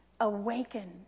Awaken